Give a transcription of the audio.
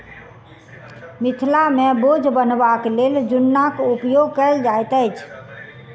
मिथिला मे बोझ बन्हबाक लेल जुन्नाक उपयोग कयल जाइत अछि